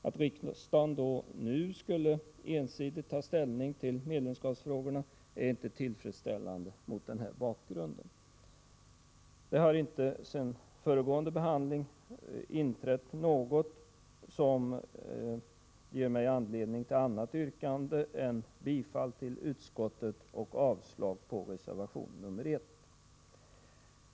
Att riksdagen nu skulle ensidigt ta ställning till medlemskapsfrågorna är inte tillfredsställande mot denna bakgrund. Det har inte sedan föregående behandling inträffat något som ger mig anledning till annat yrkande än om bifall till utskottets förslag och avslag på reservation 1.